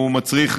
הוא מצריך,